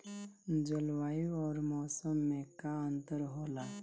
जलवायु और मौसम में का अंतर होला?